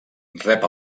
rep